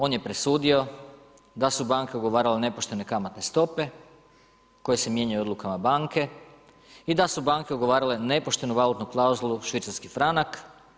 On je presudio da su banke ugovarale nepoštene kamatne stope koje se mijenjaju odlukama banke i da su banke ugovarale nepoštenu valutnu klauzulu švicarski franak.